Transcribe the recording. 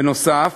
בנוסף,